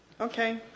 Okay